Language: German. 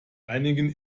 einigen